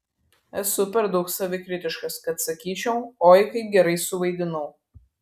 esu per daug savikritiškas kad sakyčiau oi kaip gerai suvaidinau